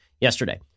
yesterday